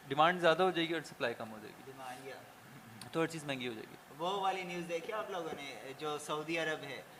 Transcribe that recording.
Demand ज्यादा हो जाएगी और सप्लाई कम हो जाएगी। डिमांड, या। तो हर चीज़ महंगी हो जाएगी। वो वाली न्यूज़ देखी आप लोगों ने, जो सऊदी अरब है?